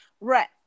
Right